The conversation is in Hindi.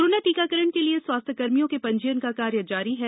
कोरोना टीकाकरण के लिये स्वास्थ्यकर्मियों के पंजीयन का कार्य जारी है